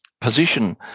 position